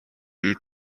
бие